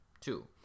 two